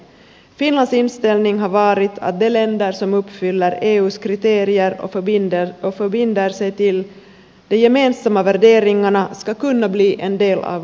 finlands inställning har varit att de länder som uppfyller eus kriterier och förbinder sig till de gemensamma värderingarna ska kunna bli en del av unionen